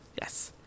Yes